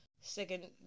second